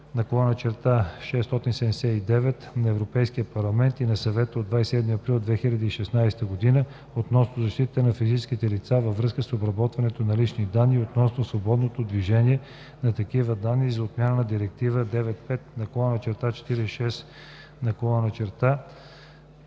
(ЕС) 2016/679 на Европейския парламент и на Съвета от 27 април 2016 г. относно защитата на физическите лица във връзка с обработването на лични данни и относно свободното движение на такива данни и за отмяна на Директива 95/46/ЕО (Общ регламент относно